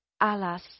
Alas